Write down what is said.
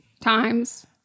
times